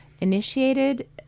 initiated